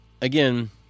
again